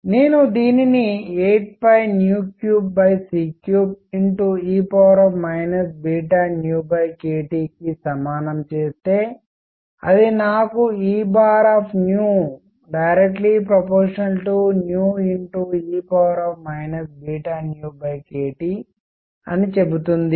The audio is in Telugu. నేను దీనిని 83c3e kTకి సమానం చేస్తే అది నాకు E ∝ e kT అని చెబుతుంది